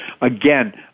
again